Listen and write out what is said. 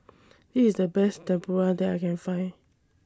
E IS The Best Tempura that I Can Find